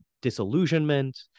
disillusionment